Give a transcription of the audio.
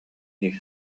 дии